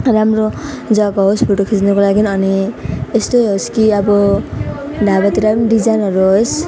राम्रो जग्गा होस् फोटो खिच्नको लागि अनि यस्तै होस् कि अब ढाबातिर पनि डिजाइनहरू होस्